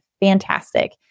fantastic